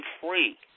free